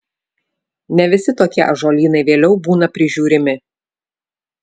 ne visi tokie ąžuolynai vėliau būna prižiūrimi